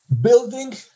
building